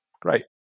Great